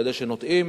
על-ידי שנוטעים.